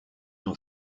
n’en